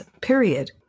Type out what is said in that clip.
period